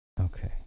Okay